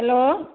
hello